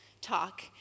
talk